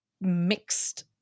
mixed